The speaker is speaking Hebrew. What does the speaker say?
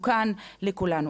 ומסוכן לכולנו.